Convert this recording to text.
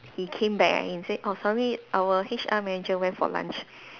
he came back and he said oh sorry our H_R manager went for lunch